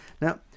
now